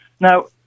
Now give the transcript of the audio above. Now